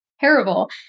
terrible